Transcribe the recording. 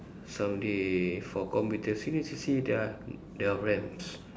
some day for computer series you see there are there are RAMs